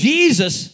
Jesus